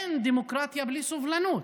אין דמוקרטיה בלי סובלנות,